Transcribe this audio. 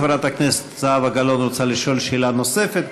חברת הכנסת זהבה גלאון רוצה לשאול שאלה נוספת,